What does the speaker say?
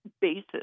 basis